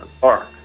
park